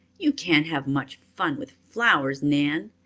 you can't have much fun with flowers, nan.